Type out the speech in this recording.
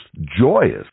joyous